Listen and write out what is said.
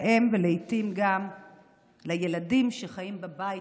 להם ולעיתים גם לילדים שחיים בבית,